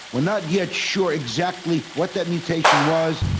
we're not yet sure exactly what that mutation was,